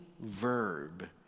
verb